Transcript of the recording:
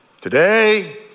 Today